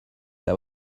that